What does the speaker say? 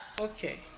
okay